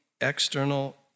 external